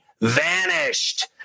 vanished